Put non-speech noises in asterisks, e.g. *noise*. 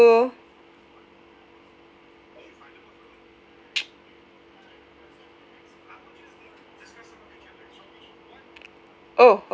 thank you *noise*